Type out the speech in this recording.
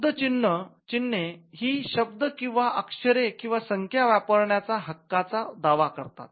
शब्द चिन्हे हे शब्द किंवा अक्षरे किंवा संख्या वापरण्याचा हक्काचा दावा करतात